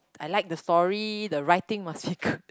I like the story the writing must be good